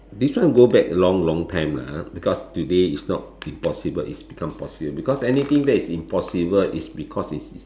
this one go back long long time ah because today is not impossible is become possible because anything that is impossible is because is